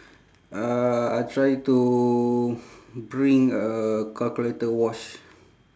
uh I try to bring a calculator watch